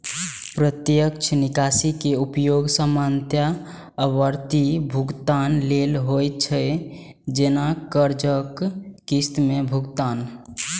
प्रत्यक्ष निकासी के उपयोग सामान्यतः आवर्ती भुगतान लेल होइ छै, जैना कर्जक किस्त के भुगतान